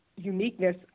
uniqueness